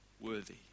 worthy